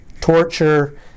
torture